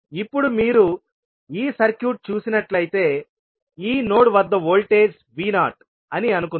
ఇప్పుడు మీరు ఈ సర్క్యూట్ చూసినట్లయితే ఈ నోడ్ వద్ద వోల్టేజ్ V0 అని అనుకుందాం